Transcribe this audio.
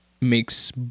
makes